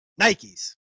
Nikes